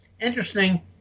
interesting